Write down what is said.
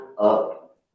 up